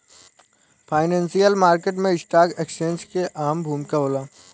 financial market में stock exchange के अहम भूमिका होला